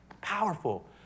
Powerful